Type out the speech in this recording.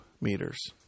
meters